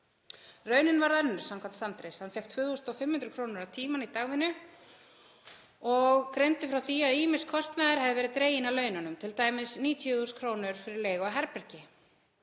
Raunin varð önnur samkvæmt Sandris, hann fékk 2.500 kr. á tímann í dagvinnu og greindi frá því að ýmis kostnaður hefði verið dreginn af laununum, t.d. 90.000 kr. fyrir leigu á herbergi.